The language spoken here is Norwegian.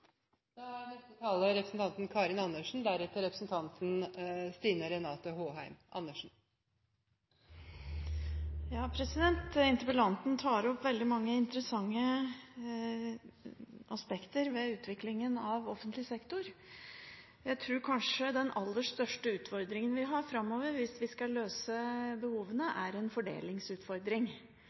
Interpellanten tar opp veldig mange interessante aspekter ved utviklingen av offentlig sektor. Jeg tror kanskje den aller største utfordringen vi har framover hvis vi skal løse behovene, er en fordelingsutfordring